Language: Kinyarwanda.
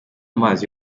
amazi